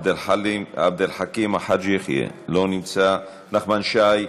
עבד אל חכים חאג' יחיא, לא נמצא, נחמן שי,